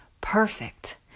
perfect